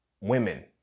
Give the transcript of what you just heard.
women